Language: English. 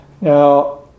Now